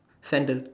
sandal